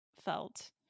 felt